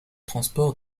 transport